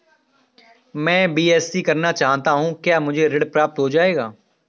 मैं बीएससी करना चाहता हूँ क्या मुझे ऋण प्राप्त हो जाएगा?